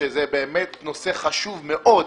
שזה באמת נושא חשוב מאוד,